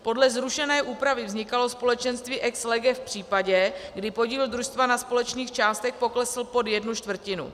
Podle zrušené úpravy vznikalo společenství ex lege v případě, kdy podíl družstva na společných částech poklesl pod jednu čtvrtinu.